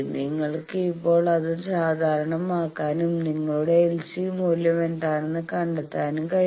നിങ്ങൾക്ക് ഇപ്പോൾ അത് അസാധാരണമാക്കാനും നിങ്ങളുടെ LC മൂല്യം എന്താണെന്ന് കണ്ടെത്താനും കഴിയും